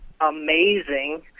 amazing